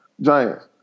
Giants